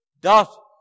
dot